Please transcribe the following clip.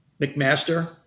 McMaster